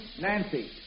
Nancy